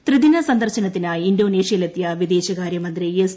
ത്രിദിന സന്ദർശനത്തിനായി ഇന്തോനേഷ്യയിലെത്തിയ വിദേശകാര്യമന്ത്രി എസ്